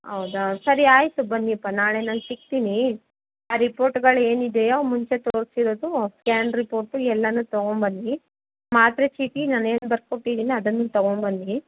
ಹೌದಾ ಸರಿ ಆಯಿತು ಬನ್ನಿಯಪ್ಪಾ ನಾಳೆ ನಾನು ಸಿಗ್ತೀನಿ ಆ ರಿಪೋರ್ಟ್ಗಳು ಏನಿದೆಯೋ ಮುಂಚೆ ತೋರಿಸಿರೋದು ಸ್ಕ್ಯಾನ್ ರಿಪೋರ್ಟು ಎಲ್ಲಾನು ತಗೊಂಬನ್ನಿ ಮಾತ್ರೆ ಚೀಟಿ ನಾನು ಏನು ಬರ್ಕೊಟ್ಟಿದ್ದೀನೋ ಅದನ್ನೂ ತಗೊಂಬನ್ನಿ